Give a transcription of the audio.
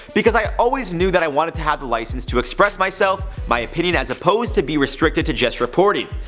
because i always knew that i wanted to have the license to express myself, my opinion as opposed to be restricted to just reporting.